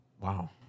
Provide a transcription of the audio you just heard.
Wow